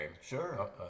Sure